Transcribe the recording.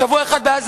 שבוע אחד בעזה.